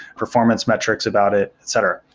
performance metrics about it, etc.